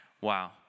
Wow